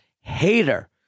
hater